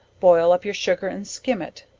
boil up your sugar and skim it,